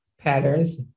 Patterns